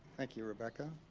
thank you rebecca.